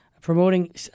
promoting